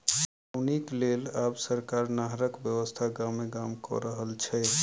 पटौनीक लेल आब सरकार नहरक व्यवस्था गामे गाम क रहल छै